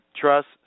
trust